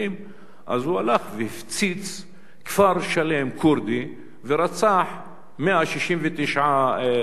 הוא הלך והפציץ כפר כורדי שלם ורצח 169 אנשים,